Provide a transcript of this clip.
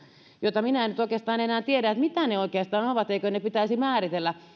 joista minä en nyt enää tiedä mitä ne oikeastaan ovat eikö ne pitäisi määritellä